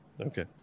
Okay